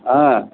आ